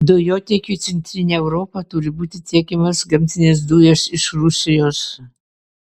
dujotiekiu į centrinę europą turi būti tiekiamos gamtinės dujos iš rusijos